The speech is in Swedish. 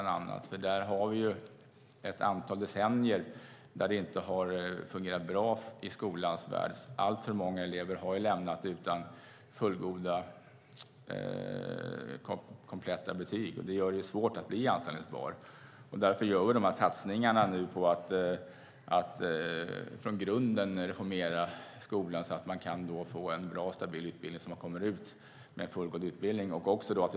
Det har under ett antal decennier inte fungerat bra i skolans värld. Alltför många elever har lämnat skolan utan kompletta betyg, vilket gör det svårt att bli anställbar. Därför gör vi nu satsningar på att från grunden reformera skolan så att eleverna får en bra och stabil utbildning och kan lämna skolan med fullständiga betyg.